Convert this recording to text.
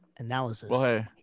Analysis